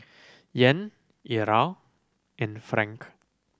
Yen Riyal and franc